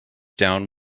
down